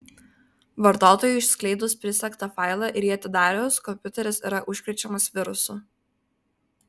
vartotojui išskleidus prisegtą failą ir jį atidarius kompiuteris yra užkrečiamas virusu